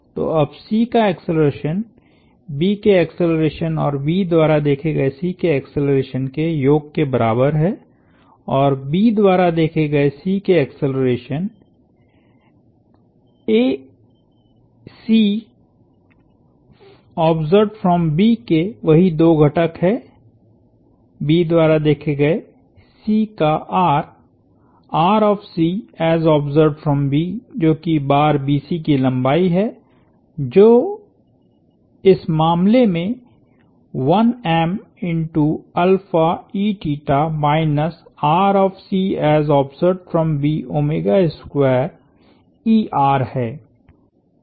तो अब C का एक्सेलरेशन B के एक्सेलरेशन और B द्वारा देखे गए C के एक्सेलरेशन के योग के बराबर है और B द्वारा देखे गए C के एक्सेलरेशन के वही दो घटक हैं B द्वारा देखे गए C का r जो कि बार BC की लंबाई है जो इस मामले में है